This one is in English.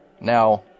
now